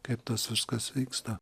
kaip tas viskas vyksta